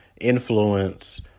influence